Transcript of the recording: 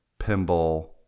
pinball